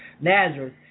nazareth